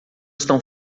estão